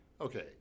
okay